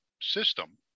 system